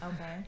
Okay